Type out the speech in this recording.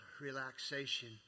relaxation